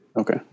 Okay